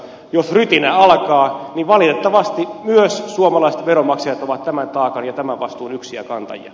jos rytinä alkaa niin valitettavasti myös suomalaiset veronmaksajat ovat tämän taakan ja tämän vastuun yksiä kantajia